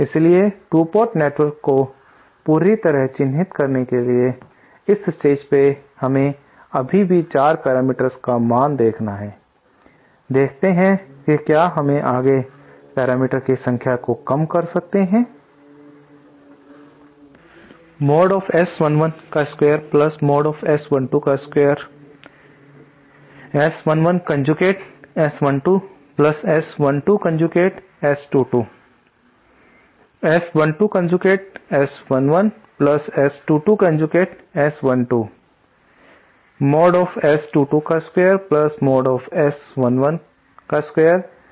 इसलिए 2 port network को पूरी तरह चिन्हित करने के लिए इस स्टेज पर हमें अभी भी 4 पैरामीटर्स का मान देखना है देखते हैं कि क्या हम आगे पैरामीटर्स की संख्या को कम कर सकते हैं